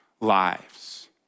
Lives